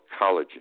Collagen